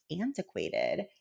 antiquated